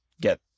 get